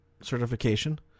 certification